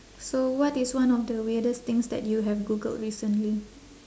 so what is one of the weirdest things that you have googled recently